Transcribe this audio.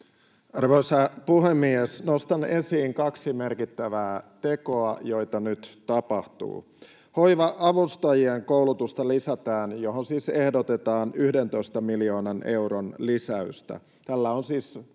Arvoisa puhemies! Nostan esiin kaksi merkittävää tekoa, joita nyt tapahtuu. Hoiva-avustajien koulutusta lisätään, mihin siis ehdotetaan 11 miljoonan euron lisäystä. Tällä on siis